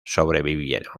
sobrevivieron